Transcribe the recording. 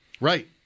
Right